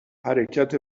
حرکت